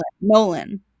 Nolan